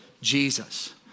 Jesus